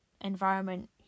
environment